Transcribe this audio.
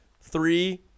three